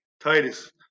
titus